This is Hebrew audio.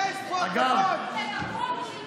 את הולכת נגד חיילים.